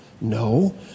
No